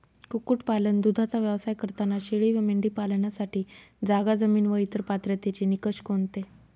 कुक्कुटपालन, दूधाचा व्यवसाय करताना शेळी व मेंढी पालनासाठी जागा, जमीन व इतर पात्रतेचे निकष कोणते?